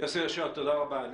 תודה רבה.